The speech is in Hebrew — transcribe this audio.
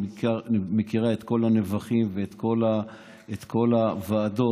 היא מכירה את כל המבוכים ואת כל הוועדות,